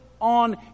on